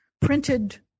printed